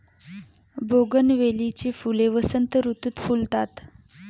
बोगनवेलीची फुले वसंत ऋतुत फुलतात